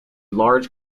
large